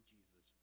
Jesus